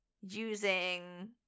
using